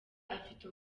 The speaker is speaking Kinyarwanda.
afite